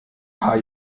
paar